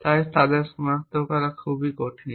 এবং তাই তাদের সনাক্ত করা খুব কঠিন